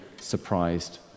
surprised